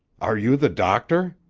are you the doctor?